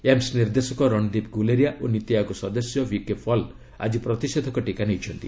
AIIMS ନିର୍ଦ୍ଦେଶକ ରଣଦୀପ୍ ଗ୍ରଲେରିଆ ଓ ନୀତି ଆୟୋଗ ସଦସ୍ୟ ଭିକେ ପଲ୍ ଆଜି ପ୍ରତିଷେଧକ ଟିକା ନେଇଛନ୍ତି